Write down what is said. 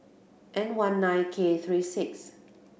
N one nine K three six